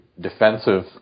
defensive